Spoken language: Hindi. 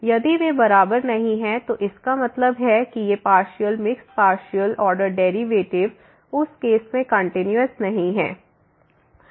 यदि वे बराबर नहीं हैं तो इसका मतलब है कि ये partial mixed partial order derivative उस केस में कंटीन्यूअस नहीं हैं